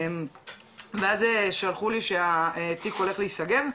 ואז שלחו לי שהתיק הולך להיסגר,